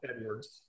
Edwards